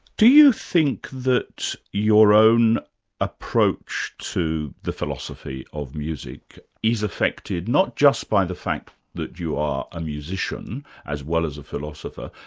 do you think that your own approach to the philosophy of music is affected not just by the fact that you are a musician as well as a philosopher,